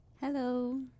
Hello